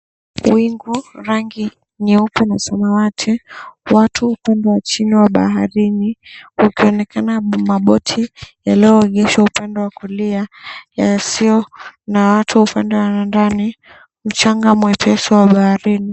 Wingu rangi nyeupe na samawati, watu upande wa chini wa baharini yakionekana maboti yaliyoegeshwa upande wa kulia yasio na watu ndani, mchanga mwepesi wa baharini.